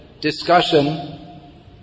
discussion